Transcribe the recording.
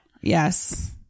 Yes